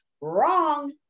Wrong